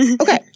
Okay